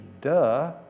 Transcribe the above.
duh